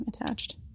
attached